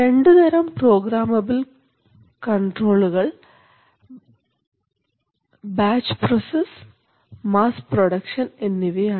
രണ്ടുതരം പ്രോഗ്രാമബൾ കൺട്രോളുകൾ batch process mass production എന്നിവയാണ്